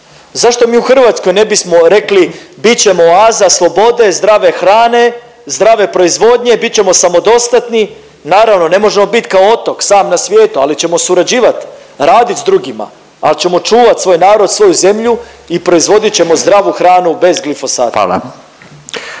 Zašto mi u Hrvatskoj ne bismo rekli bit ćemo oaza slobode, zdrave hrane, zdrave proizvodnje, bit ćemo samodostatni, naravno ne možemo biti kao otok sam na svijetu ali ćemo surađivat, radit s drugima, ali ćemo čuvat svoj narod, svoju zemlju i proizvodit ćemo zdravu hranu bez glifosata.